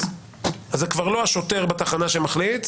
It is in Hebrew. אז זה כבר לא השוטר בתחנה שמחליט,